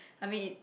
I mean it